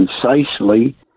concisely